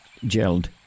gelled